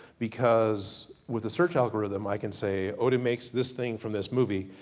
because with a search algorithm i can say, odin makes this thing from this movie,